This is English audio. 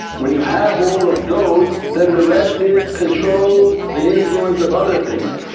when you have all of those then the rest is control the influence of other things,